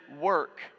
work